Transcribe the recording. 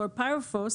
כלורפירופוס